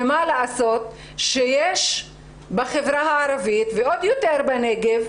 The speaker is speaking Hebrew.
ומה לעשות שיש בחברה הערבית, ועוד יותר בנגב,